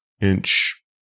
inch